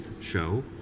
show